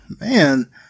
Man